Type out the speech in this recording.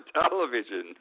television